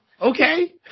okay